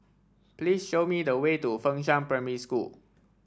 please show me the way to Fengshan Primary School